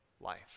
life